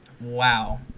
Wow